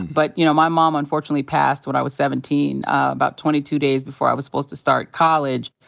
but, you know, my mom unfortunately passed when i was seventeen, about twenty two days before i was supposed to start college.